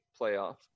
playoff